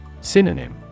Synonym